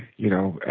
you know,